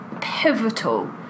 pivotal